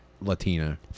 Latina